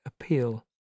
appeal